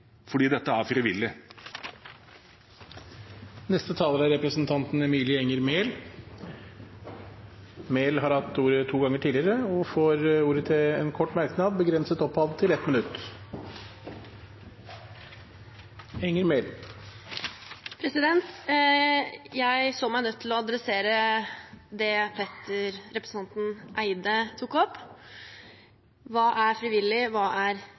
fordi dette er frivillig. Representanten Emilie Enger Mehl har hatt ordet to ganger tidligere og får ordet til en kort merknad, begrenset til 1 minutt. Jeg så meg nødt til å ta tak i det representanten Petter Eide tok opp – hva er frivillig, hva er